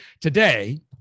today